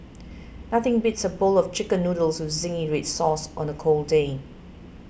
nothing beats a bowl of Chicken Noodles with Zingy Red Sauce on a cold day